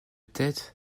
tête